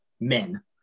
Men